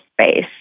space